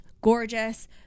gorgeous